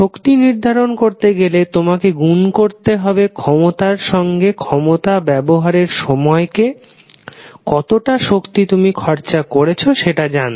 শক্তি নির্ধারণ করতে গেলে তোমাকে গুন করতে হবে ক্ষমতার সঙ্গে ক্ষমতা ব্যবহারের সময়কে কতটা শক্তি তুমি খরচা করেছো সেটা জানতে